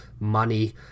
money